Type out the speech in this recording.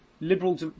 liberal